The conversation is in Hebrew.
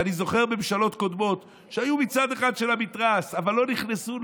אני זוכר ממשלות קודמות שהיו מצד אחד של המתרס אבל לא נכנסו אל